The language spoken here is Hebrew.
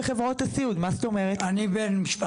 ועל סמך ההנחות שהיו בזמנו.